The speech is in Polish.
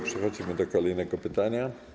Przechodzimy do kolejnego pytania.